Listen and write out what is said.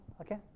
Okay